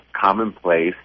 commonplace